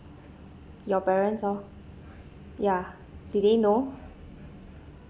your parents lor ya they didn't know